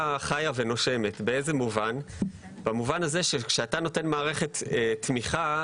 חיה ונושמת במובן הזה שכשאתה נותן מערכת תמיכה,